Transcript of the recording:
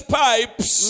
pipes